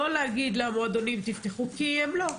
לא להגיד למועדונים שיפתחו, כי הם לא,